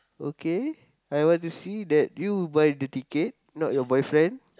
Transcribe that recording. okay I want to see that you buy the ticket not your boyfriend